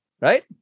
Right